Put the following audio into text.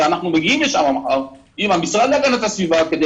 ואנחנו נגיע לשם מחר עם המשרד להגנת הסביבה כדי